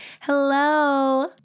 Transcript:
Hello